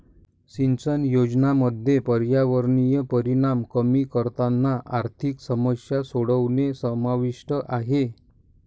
सिंचन योजनांमध्ये पर्यावरणीय परिणाम कमी करताना आर्थिक समस्या सोडवणे समाविष्ट आहे